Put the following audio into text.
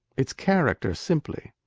it's character, simply.